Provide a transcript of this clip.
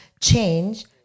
change